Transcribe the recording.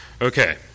Okay